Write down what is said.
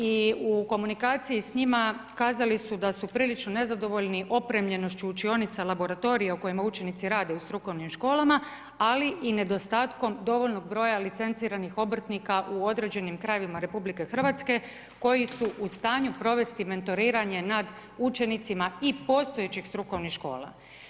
I u komunikaciji s njima kazali su da su prilično nezadovoljni opremljenošću učionica laboratorija u kojima učenici rade u strukovnim školama, ali i nedostatkom dovoljnog broja licenciranih obrtnika u određenim krajevima RH koji su u stanju provesti mentoriranje nad učenicima i postojećih strukovnih škola.